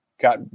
got